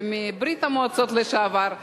שהוא מברית-המועצות לשעבר,